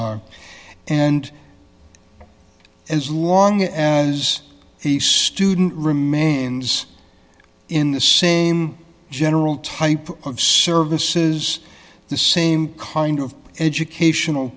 are and as long as the student remains in the same general type of services the same kind of educational